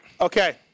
Okay